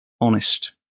honest